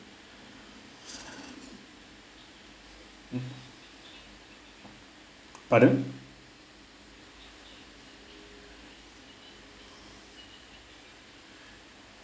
pardon